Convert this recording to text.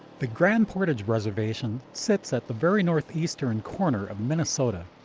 the grand portage reservation sits at the very northeastern corner of minnesota.